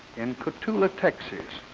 in cotulla, texas,